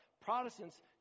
Protestants